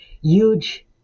huge